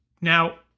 now